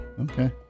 Okay